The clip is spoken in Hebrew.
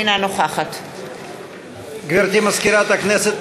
אינה נוכחת גברתי מזכירת הכנסת,